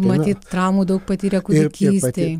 matyt traumų daug patyrė kūdikystėj